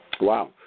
Wow